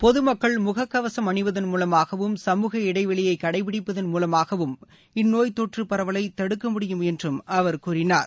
பொதுமக்கள் தொடா்ந்து முகக்கவசம் அணிவதன் மூலமாகவும் சமூக இடைவெளியை கடைப்பிடிப்பதன் மூலமாகவும் இந்நோய் தொற்று பரவலை தடுக்க முடியும் என்றும் அவர் கூறினார்